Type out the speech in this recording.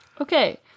Okay